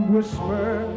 whisper